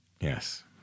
Yes